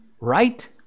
right